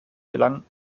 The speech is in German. gelang